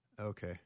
Okay